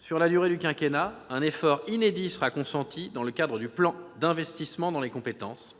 Sur la durée du quinquennat, un effort inédit sera consenti dans le cadre du plan d'investissement dans les compétences,